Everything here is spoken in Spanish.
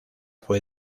fue